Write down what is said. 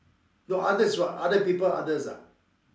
no others is what other people others ah